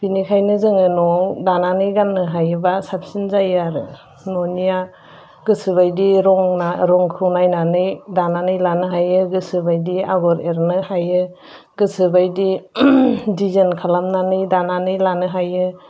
बेनिखायनो जोङो न'आव दानानै गाननो हायोबा साबसिन जायो आरो न'निआ गोसोबायदि रंखौ नायनानै दानानै लानो हायो गोसोबायदि आगर एरनो हायो गोसोबायदि दिजाइन खालामनानै दानानै लानो हायो